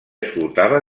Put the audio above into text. escoltava